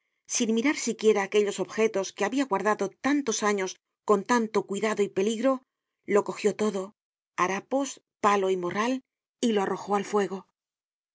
sin mirar siquiera aquellos objetos que habia guardado tantos años con tanto cuidado y peligro lo cogió todo harapos palo y morral y lo arrojó al fuego